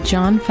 John